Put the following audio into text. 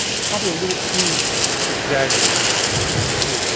probably a little too exaggerated to be true.